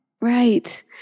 Right